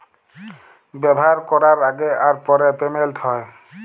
ব্যাভার ক্যরার আগে আর পরে পেমেল্ট হ্যয়